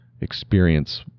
experience